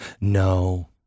no